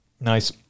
Nice